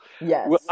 Yes